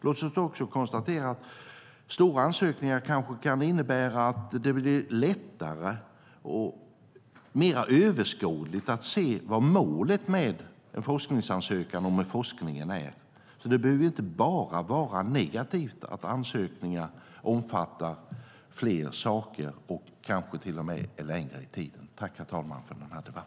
Låt oss också konstatera att stora ansökningar kanske kan innebära att det blir lättare och mer överskådligt att se vad målet med en forskningsansökan och med forskningen är. Det behöver inte bara vara negativt att ansökningar omfattar fler saker och kanske till och med är längre i tid. Tack, herr talman, för debatten!